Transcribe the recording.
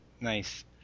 Nice